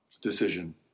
decision